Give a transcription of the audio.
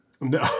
No